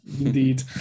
Indeed